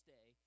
Day